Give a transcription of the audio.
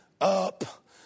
up